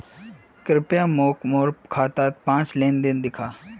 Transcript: कृप्या मोक मोर खातात पिछला पाँच लेन देन दखा